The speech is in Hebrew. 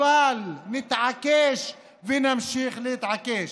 אבל נתעקש ונמשיך להתעקש: